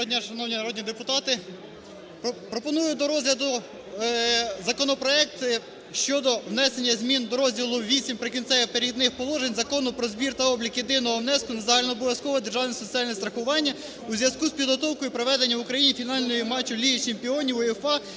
дня, шановні народні депутати! Пропоную до розгляду законопроекти щодо внесення змін до розділу VIII "Прикінцевих та перехідних положень" Закону про збір та облік єдиного внеску на загальнообов'язкове державне соціальне страхування у зв'язку з підготовкою проведення в Україні фінального матчу ліги чемпіонів УЄФА